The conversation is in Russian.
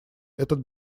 этот